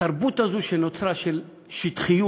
התרבות הזאת שנוצרה, של שטחיות,